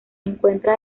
encuentra